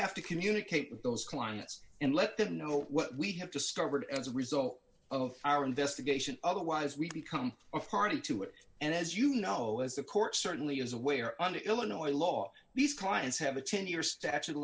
have to communicate with those clients and let them know what we have to starboard as a result of our investigation otherwise we become a party to it and as you know as the court certainly has a way or under illinois law these clients have a ten year statute of